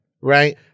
right